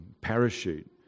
parachute